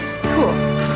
cool